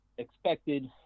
expected